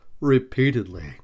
repeatedly